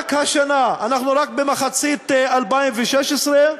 רק השנה, אנחנו רק במחצית 2016,